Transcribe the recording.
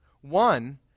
One